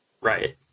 Right